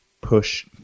push